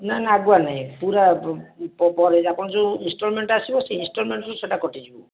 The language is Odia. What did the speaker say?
ନା ନା ଆଗୁଆ ନାହିଁ ପୁରା ପରେ ଆପଣ ଯେଉଁ ଇନଷ୍ଟଲମେଣ୍ଟ ଆସିବ ସେହି ଇନଷ୍ଟଲମେଣ୍ଟରୁ ସେଇଟା କଟିଯିବ